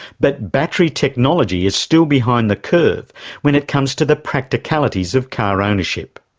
but battery technology is still behind the curve when it comes to the practicalities of car ownership.